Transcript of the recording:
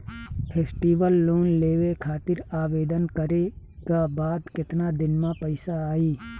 Festival loan लेवे खातिर आवेदन करे क बाद केतना दिन म पइसा आई?